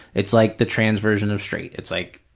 it's like the trans version of straight. it's like,